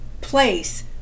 place